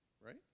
Right